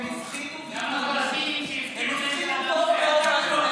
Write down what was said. הם הבחינו טוב מאוד, אבל זה לא טוב לרטוריקה.